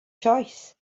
choice